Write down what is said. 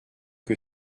que